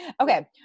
okay